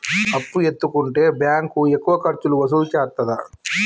అప్పు ఎత్తుకుంటే బ్యాంకు ఎక్కువ ఖర్చులు వసూలు చేత్తదా?